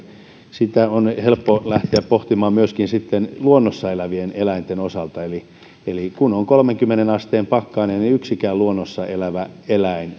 sitä on helppo lähteä pohtimaan myöskin luonnossa elävien eläinten osalta eli eli kun on kolmeenkymmeneen asteen pakkanen niin yksikään luonnossa elävä eläin